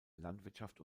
landwirtschaft